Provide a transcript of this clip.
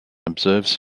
observes